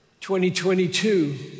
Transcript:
2022